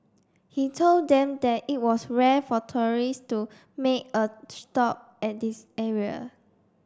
he told them that it was rare for tourist to make a stop at this area